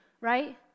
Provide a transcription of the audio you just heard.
right